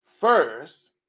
first